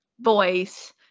voice